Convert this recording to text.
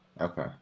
Okay